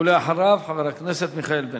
ואחריו, חבר הכנסת מיכאל בן-ארי.